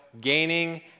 gaining